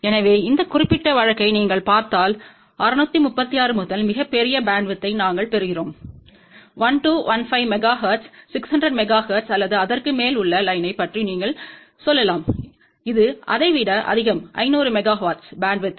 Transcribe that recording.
எனவே இந்த குறிப்பிட்ட வழக்கை நீங்கள் பார்த்தால் 636 முதல் மிகப் பெரிய பேண்ட்வித்யை நாங்கள் பெறுகிறோம் 1215 மெகா ஹெர்ட்ஸ் 600 மெகா ஹெர்ட்ஸ் அல்லது அதற்கு மேல் உள்ள லைன்யைப் பற்றி நீங்கள் சொல்லலாம் இது அதை விட அதிகம் 500 மெகா ஹெர்ட்ஸ் பேண்ட்வித்